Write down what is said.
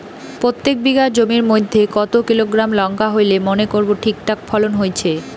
প্রত্যেক বিঘা জমির মইধ্যে কতো কিলোগ্রাম লঙ্কা হইলে মনে করব ঠিকঠাক ফলন হইছে?